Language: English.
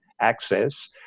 access